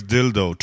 Dildo